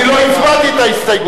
אני לא הצבעתי את ההסתייגות.